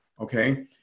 okay